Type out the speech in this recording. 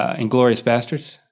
ah inglorious bastards?